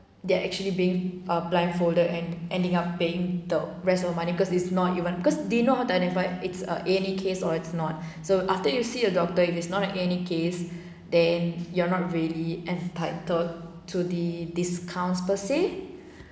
they are actually being ah blindfolded and ending up paying the rest of the money cause it's not even because they know how to identify it's a a and e case or it's not so after you see a doctor if is not an a and e case then you're not really entitled to the discounts per se